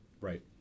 Right